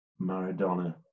Maradona